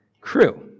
Crew